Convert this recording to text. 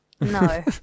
No